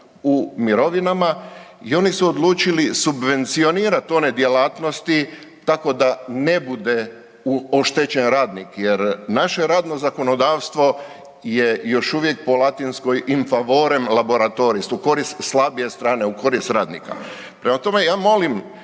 u mirovinama i oni su odlučili subvencionirati one djelatnosti tako da ne bude oštećen radnik jer, naše radno zakonodavstvo je još uvijek po latinskoj in favorem laboratoris, u korist slabije strane, u korist radnika. Prema tome, ja molim,